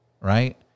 right